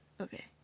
Okay